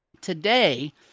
today